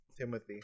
Timothy